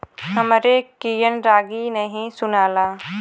हमरे कियन रागी नही सुनाला